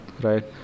right